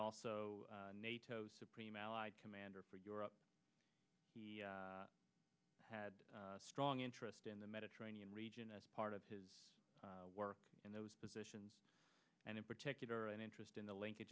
also nato supreme allied commander for europe the had a strong interest in the mediterranean region as part of his work in those positions and in particular an interest in the lin